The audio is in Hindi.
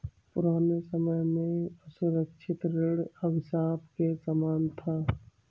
पुराने समय में असुरक्षित ऋण अभिशाप के समान था